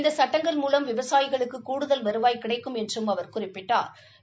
இந்த சுட்டங்கள மூலம் விவசாயிகளுக்கு கூடுதல் வருவாய் கிடைக்கும் என்றும் அவர் குறிப்பிட்டா்